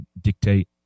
dictate